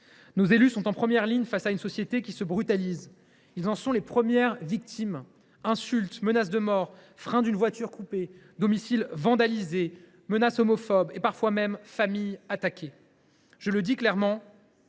Nos élus sont en première ligne face à une société qui se brutalise. Ils en sont les premières victimes : insultes, menaces de mort, freins de voiture coupés, domicile vandalisé, menaces homophobes et, parfois même, famille attaquée ! Quelquefois aussi,